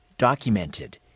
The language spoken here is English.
documented